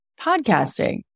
podcasting